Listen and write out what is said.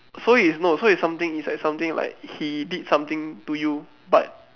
so it's not so it's something it's like something like he did something to you but